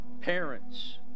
parents